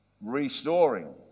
restoring